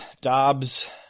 Dobbs